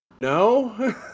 no